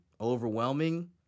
overwhelming